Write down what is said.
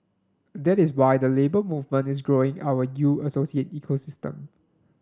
that is why the Labour Movement is growing our U Associate ecosystem